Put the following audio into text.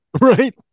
Right